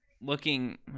looking